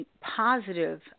positive